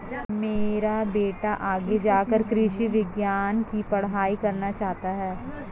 मेरा बेटा आगे जाकर कृषि विज्ञान की पढ़ाई करना चाहता हैं